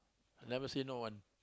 I never say no one